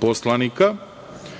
poslanika,